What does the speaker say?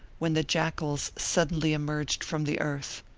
when the jackals suddenly emerged from the earth.